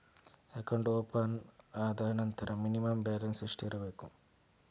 Account open ಆದ ನಂತರ minimum balance ಎಷ್ಟಿರಬೇಕು?